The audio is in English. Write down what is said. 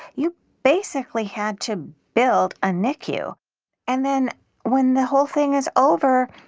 you basically had to build a nicu and then when the whole thing is over,